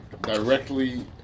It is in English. directly